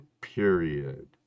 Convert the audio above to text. period